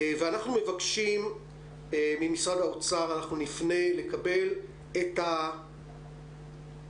אנחנו מבקשים ממשרד האוצר אנחנו נפנה לקבל את הלו"ז,